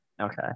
okay